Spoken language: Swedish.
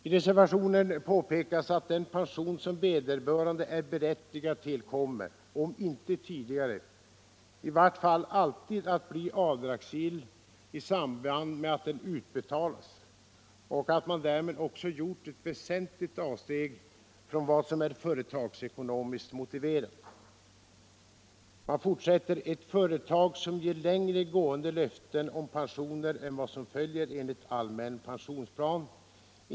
I reservationen heter det: ”Den pension som vederbörande är berättigad till kommer, om inte tidigare, i vart fall alltid att bli avdragsgill i samband med att den utbetalas. Därmed har man emellertid också gjort ett väsentligt avsteg från vad som är företagsekonomiskt motiverat. En följd av detta blir givetvis att ett företag som ger längre gående löften om pensioner än vad som följer enligt allmän pensionsplan etc.